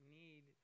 need